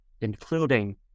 including